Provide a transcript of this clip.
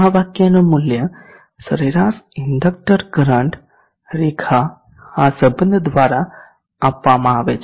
આ વાક્યનું મૂલ્ય સરેરાશ ઇન્ડક્ટર કરંટ રેખા આ સંબધ દ્વારા આપવામાં આવે છે